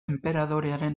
enperadorearen